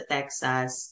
Texas